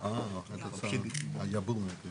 את ישיבת ועדת העלייה, הקליטה